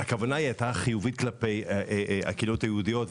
שהכוונה הייתה חיובית כלפי הקהילות היהודיות.